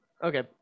Okay